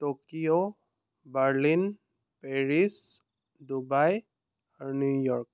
Tokyo Berlin Paris Dubai আৰু New York